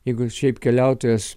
jeigu šiaip keliautojas